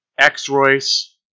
X-Royce